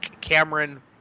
Cameron